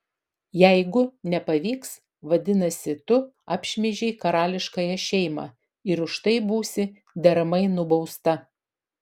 jeigu nepavyks vadinasi tu apšmeižei karališkąją šeimą ir už tai būsi deramai nubausta